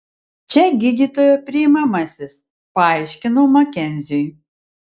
čia gydytojo priimamasis paaiškinau makenziui